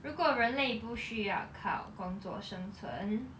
如果人类不需要靠工作生存